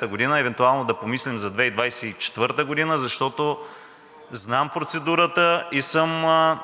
г., а евентуално да помислим за 2024 г., защото знам процедурата и съм